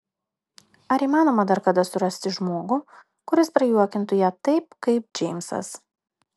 ar įmanoma dar kada surasti žmogų kuris prajuokintų ją taip kaip džeimsas